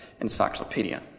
Encyclopedia